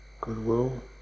goodwill